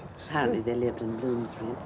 apparently they lived in bloomsbury.